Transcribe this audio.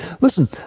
Listen